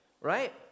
right